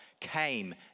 came